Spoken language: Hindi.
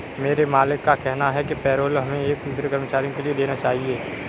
मेरे मालिक का कहना है कि पेरोल हमें एक दूसरे कर्मचारियों के लिए देना चाहिए